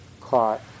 caught